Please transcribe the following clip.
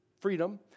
freedom